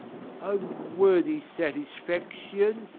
o worthy satisfaction!